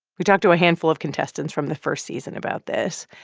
we talked to a handful of contestants from the first season about this.